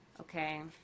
Okay